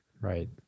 right